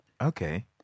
okay